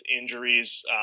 injuries